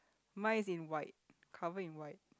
mine is in white covered in white